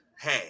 hey